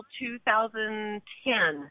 2010